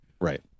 Right